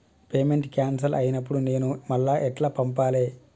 Payment cancel అయినపుడు నేను మళ్ళా ఎట్ల పంపాలే?